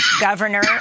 governor